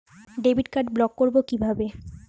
Debit card block করব কিভাবে?